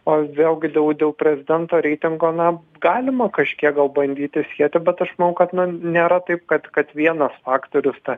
o vėlgi dėl dėl prezidento reitingo na galima kažkiek gal bandyti sieti bet aš manau kad na nėra taip kad kad vienas faktorius tą